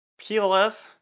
PLF